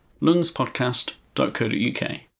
lungspodcast.co.uk